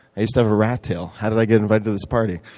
i used to have a rat tail. how did i get invited to this party?